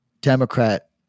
Democrat